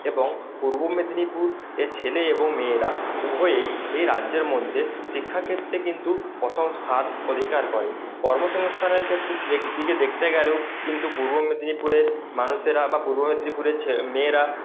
এবং পূর্ব মেদিনীপুর এ ছেলে এবং মেয়েরা উভয়েই এ রাজ্যের মধ্যে শিক্ষাক্ষেত্রে কিন্তু প্রথম স্থান অধিকার করে কর্মসংস্থানের ক্ষেত্রেও দিকে দেখতে গেলেও কিন্তু পূর্ব মেদিনীপুরের মানুষেরা বা পূর্ব মেদিনীপুরের মেয়েরা